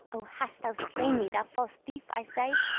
oh, hast thou slain me, thou false thief? i said